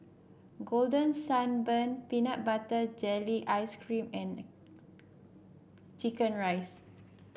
Golden Sand Bun Peanut Butter Jelly Ice cream and chicken rice